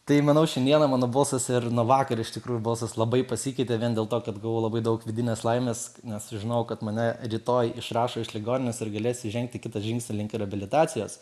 tai manau šiandieną mano balsas ir nuo vakar iš tikrųjų balsas labai pasikeitė vien dėl to kad gavau labai daug vidinės laimės nes sužinojau kad mane rytoj išrašo iš ligoninės ir galėsiu žengti kitą žingsnį link reabilitacijos